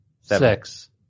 Six